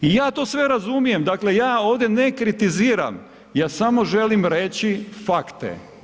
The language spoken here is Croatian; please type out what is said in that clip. I ja to sve razumijem, dakle ja ovdje ne kritiziram, ja samo želim reći fakte.